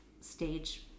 stage